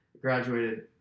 graduated